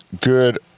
good